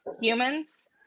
humans